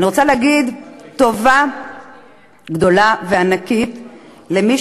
אני רוצה להגיד תודה גדולה וענקית למי